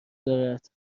دارد